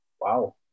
Wow